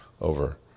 over